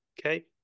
okay